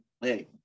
hey